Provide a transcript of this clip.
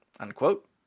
Unquote